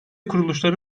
kuruluşları